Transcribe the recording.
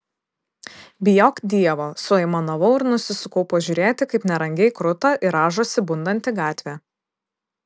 bijok dievo suaimanavau ir nusisukau pažiūrėti kaip nerangiai kruta ir rąžosi bundanti gatvė